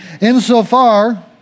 insofar